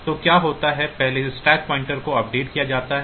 तो क्या होता है पहले इस स्टैक पॉइंटर को अपडेट किया जाता है